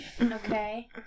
Okay